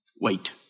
wait